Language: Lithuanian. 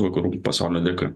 vakarų pasaulio dėka